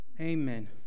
Amen